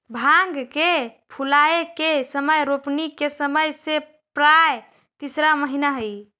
भांग के फूलाए के समय रोपनी के समय से प्रायः तीसरा महीना हई